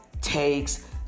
takes